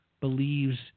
believes